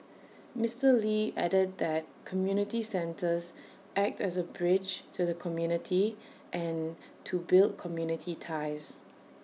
Mister lee added that community centres act as A bridge to the community and to build community ties